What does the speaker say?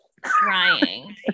crying